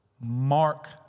mark